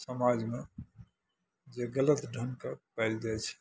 समाजमे जे गलत ढङ्गके पालि जाइ छै